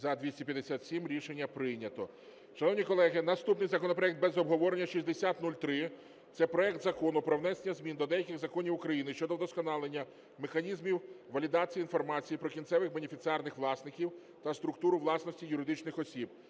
За-257 Рішення прийнято. Шановні колеги, наступний проект без обговорення (6003). Це проект Закону про внесення змін до деяких законів України щодо вдосконалення механізмів валідації інформації про кінцевих бенефіціарних власників та структуру власності юридичних осіб.